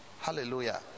Hallelujah